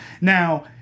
Now